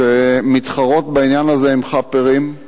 שמתחרות בעניין הזה עם "חאפרים".